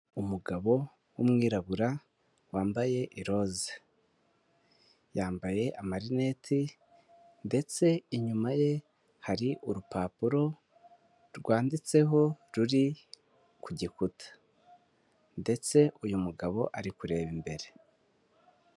Umugabo w'umwirabura wambaye iroza, yambaye amarineti ndetse inyuma ye hari urupapuro rwanditseho ruri ku gikuta, ndetse uyu mugabo ari kureba imbere.